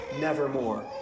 nevermore